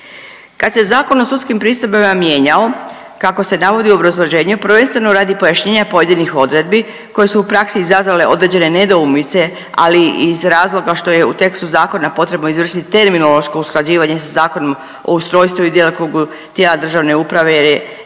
Kad se Zakon o sudskim pristojbama mijenjao kako se navodi u obrazloženju prvenstveno radi pojašnjenja pojedinih odredbi koje su u praksi izazvale određene nedoumice, ali i iz razloga što je u tekstu zakona potrebno izvršiti terminološko usklađivanje sa Zakonom o ustrojstvu i djelokrugu tijela državne uprave jer je